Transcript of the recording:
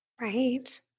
Right